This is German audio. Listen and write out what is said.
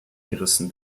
gerissen